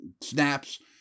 snaps